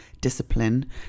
discipline